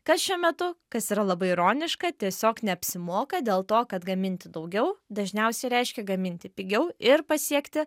kas šiuo metu kas yra labai ironiška tiesiog neapsimoka dėl to kad gaminti daugiau dažniausiai reiškia gaminti pigiau ir pasiekti